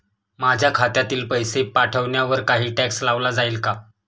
माझ्या खात्यातील पैसे पाठवण्यावर काही टॅक्स लावला जाईल का?